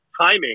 timing